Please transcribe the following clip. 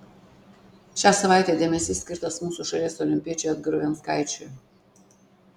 šią savaitę dėmesys skirtas mūsų šalies olimpiečiui edgarui venckaičiui